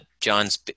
John's